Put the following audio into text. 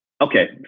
Okay